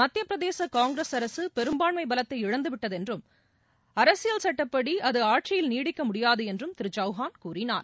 மத்தியபிரதேச காங்கிரஸ் அரசு பெரும்பான்மை பலத்தை இழந்து விட்டதென்றும் அரசயில் சட்டப்படி அது ஆட்சியில் நீடிக்க முடியாது என்றும் திரு சௌகான் கூறினார்